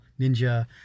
ninja